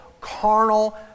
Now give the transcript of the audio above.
carnal